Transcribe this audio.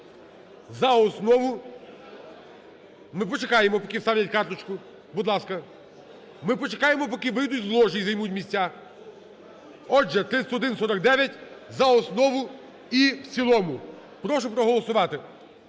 за основу… Ми почекаємо, поки ставлять карточку, будь ласка. Ми почекаємо, поки вийдуть з ложі і займуть місця. Отже, 3149 за основу і в цілому. Прошу проголосувати.